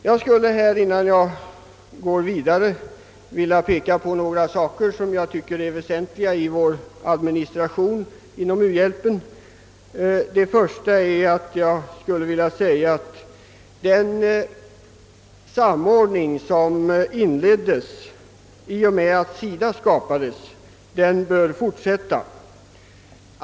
Jag skulle innan jag går vidare vilja peka på några saker i vår administration beträffande u-hjälpen som jag finner väsentliga. Den samordning som inleddes i och med att SIDA skapades bör fortsätta.